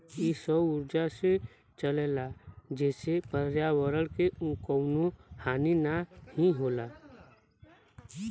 इ सौर उर्जा से चलला जेसे पर्यावरण के कउनो हानि नाही होला